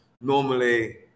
normally